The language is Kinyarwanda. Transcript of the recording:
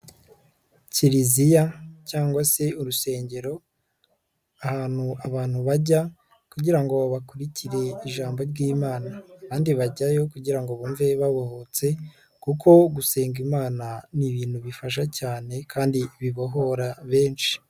Kiliziya cyangwa se urusengero, ahantu abantu bajya kugira ngo bakurikire ijambo ry'imana, abandi bajyayo kugira ngo bumve babohotse kuko gusenga imana ni ibintu bifasha cyane kandi bibohora benshi.